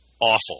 awful